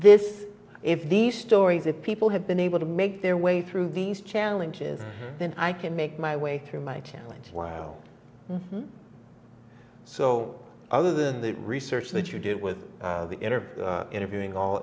this if these stories of people have been able to make their way through these challenges then i can make my way through my challenge while so other than the research that you do with the interview interviewing all